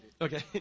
Okay